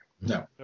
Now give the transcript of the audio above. No